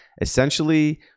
essentially